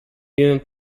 viven